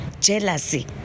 jealousy